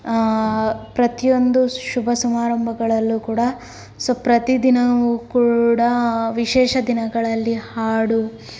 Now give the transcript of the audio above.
ಪ್ರತಿಯೊಂದು ಶುಭ ಸಮಾರಂಭಗಳಲ್ಲೂ ಕೂಡ ಸೊ ಪ್ರತಿ ದಿನವೂ ಕೂಡ ವಿಶೇಷ ದಿನಗಳಲ್ಲಿ ಹಾಡು